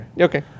Okay